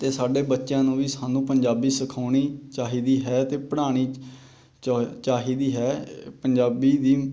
ਅਤੇ ਸਾਡੇ ਬੱਚਿਆਂ ਨੂੰ ਵੀ ਸਾਨੂੰ ਪੰਜਾਬੀ ਸਿਖਾਉਣੀ ਚਾਹੀਦੀ ਹੈ ਅਤੇ ਪੜ੍ਹਾਉਣੀ ਚਾ ਚਾਹੀਦੀ ਹੈ ਪੰਜਾਬੀ ਦੀ